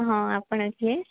ହଁ ଆପଣ କିଏ